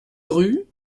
rue